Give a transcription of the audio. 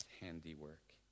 handiwork